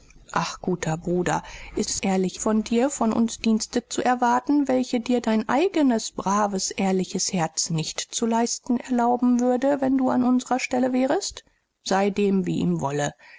also guter bruder ist es billig daß du von uns dienste erwartest die dein eigenes braves ehrenhaftes herz dir nicht zu leisten erlauben würde wenn du in unsrer stelle wärest dem sei wie ihm wolle